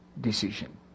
decision